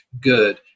good